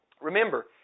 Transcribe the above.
Remember